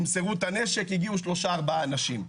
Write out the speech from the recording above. תמסרו את הנשק, הגיעו שלושה-ארבעה אנשים.